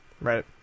Right